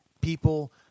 people